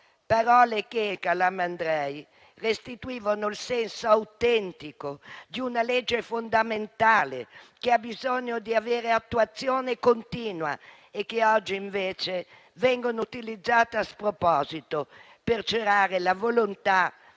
Parole che, per Calamandrei, restituivano il senso autentico di una legge fondamentale, che ha bisogno di avere attuazione continua e che oggi invece vengono utilizzate a sproposito, per celare la volontà